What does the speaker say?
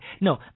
No